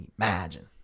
imagine